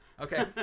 Okay